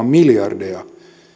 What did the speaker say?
maksamaan miljardeja